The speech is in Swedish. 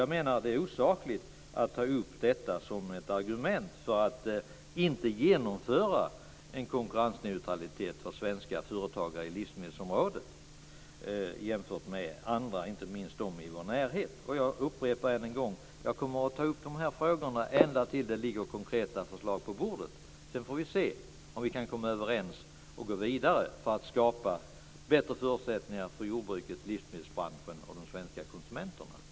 Jag menar att det är osakligt att ta upp detta som ett argument för att inte genomföra en konkurrensneutralitet för svenska företagare på livsmedelsområdet i förhållande till andra, inte minst de i vår närhet. Jag upprepar än en gång att jag kommer att ta upp dessa frågor ända tills det ligger konkreta förslag på bordet. Sedan får vi se om vi kan komma överens och gå vidare för att skapa bättre förutsättningar för jordbruket, livsmedelsbranschen och de svenska konsumenterna.